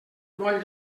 moll